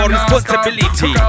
responsibility